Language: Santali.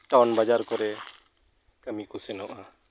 ᱴᱟᱣᱩᱱ ᱵᱟᱡᱟᱨ ᱠᱚᱨᱮ ᱠᱟᱹᱢᱤ ᱠᱚ ᱥᱮᱱᱚᱜᱼᱟ